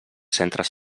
centres